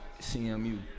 CMU